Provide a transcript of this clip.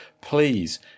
please